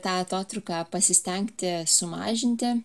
tą atotrūką pasistengti sumažinti